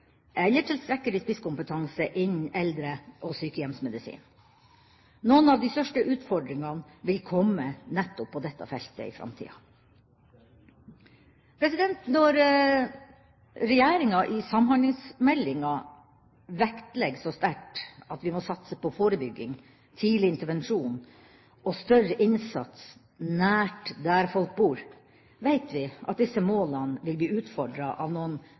eller tilstrekkelig spisskompetanse innenfor eldre- og sykehjemsmedisin. Noen av de største utfordringene vil komme nettopp på dette feltet i framtida. Når regjeringa i samhandlingsmeldinga vektlegger så sterkt at vi må satse på forebygging, tidlig intervensjon og større innsats nær der folk bor, veit vi at disse målene blir utfordret av noen